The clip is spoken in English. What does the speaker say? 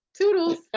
Toodles